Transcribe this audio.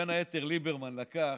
בין היתר ליברמן לקח,